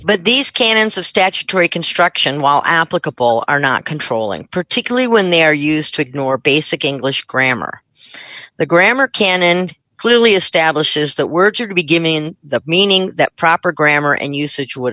but these canons of statutory construction while applicable are not controlling particularly when they're used to ignore basic english grammar so the grammar can and clearly establishes that words are to be given the meaning that proper grammar and usage would